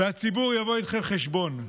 והציבור יבוא איתכם חשבון.